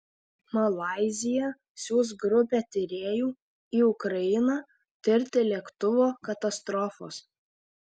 malaizija siųs grupę tyrėjų į ukrainą tirti lėktuvo katastrofos